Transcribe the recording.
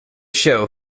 show